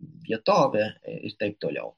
vietovę ir taip toliau